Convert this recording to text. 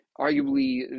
arguably